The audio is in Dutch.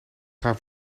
gaan